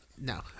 No